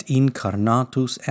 incarnatus